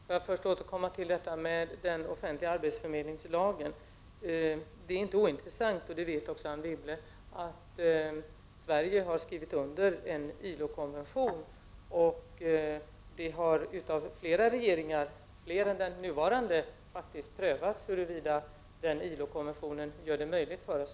Herr talman! Får jag först återkomma till detta med den offentliga arbetsförmedlingslagen. Det är inte ointressant — det vet också Anne Wibble — att Sverige har skrivit under en ILO-konvention och att flera regeringar än den nuvarande har prövat huruvida man kan göra förändringar i arbetsförmedlingslagen och ändå följa ILO-konventionen.